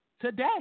today